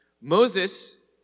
Moses